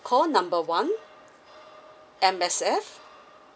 call number one M_S_F